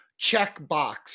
checkbox